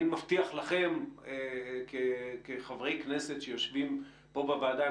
אני מבטיח לכם כחברי כנסת שיושבים כאן בוועדה,